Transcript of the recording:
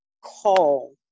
call